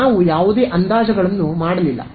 ನಾವು ಯಾವುದೇ ಅಂದಾಜುಗಳನ್ನು ಮಾಡಲಿಲ್ಲ